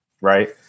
Right